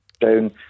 down